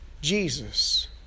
Jesus